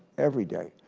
every day,